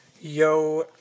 Yo